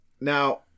Now